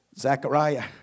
Zechariah